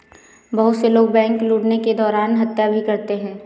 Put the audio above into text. बहुत से लोग बैंक लूटने के दौरान हत्या भी करते हैं